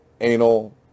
anal